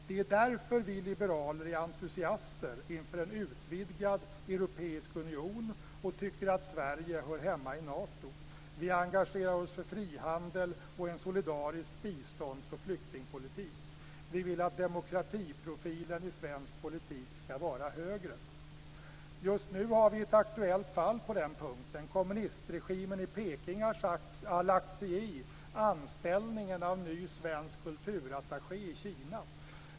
Det är därför som vi liberaler är entusiaster inför en utvidgad europeisk union och tycker att Sverige hör hemma i Nato. Vi engagerar oss för frihandel och en solidarisk biståndsoch flyktingpolitik. Vi vill att demokratiprofilen i svensk politik ska vara högre. Just nu har vi ett aktuellt fall på den punkten. Kommunistregimen i Peking har lagt sig i anställningen av en ny svensk kulturattaché i Kina.